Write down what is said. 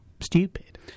stupid